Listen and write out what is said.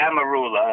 Amarula